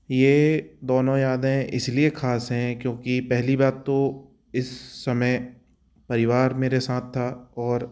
ये दोनों यादें इसलिए खास हैं क्योंकि पहली बात तो इस समय परिवार मेरे साथ था और